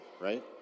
right